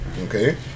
Okay